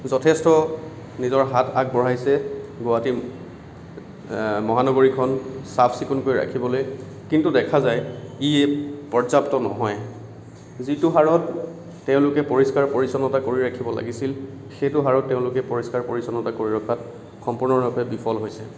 যথেষ্ট নিজৰ হাত আগবঢ়াইছে গুৱাহাটী মহানগৰীখন চাফ চিকুণ কৰি ৰাখিবলৈ কিন্তু দেখা যায় ই পৰ্যাপ্ত নহয় যিটো হাৰত তেওঁলোকে পৰিষ্কাৰ পৰিচ্ছন্ন কৰি ৰাখিব লাগিছিল সেইটো হাৰত তেওঁলোকে পৰিষ্কাৰ পৰিচ্ছন্ন কৰি ৰখাত সম্পূৰ্ণৰূপে বিফল হৈছে